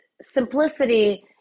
simplicity